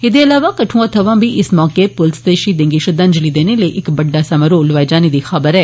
एदे इलाँवा कठुआ थमां बी इस मौके पुलसै दे शहीदें गी श्रद्धांजलि देने लेई इक बड्डा समारोह लोआए जाने दी खबर ऐ